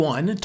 One